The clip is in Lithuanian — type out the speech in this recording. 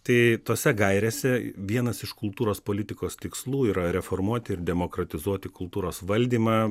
tai tose gairėse vienas iš kultūros politikos tikslų yra reformuoti ir demokratizuoti kultūros valdymą